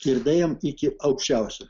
ir daėjom iki aukščiausio